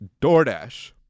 DoorDash